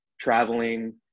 traveling